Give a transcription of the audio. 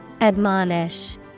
Admonish